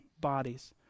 bodies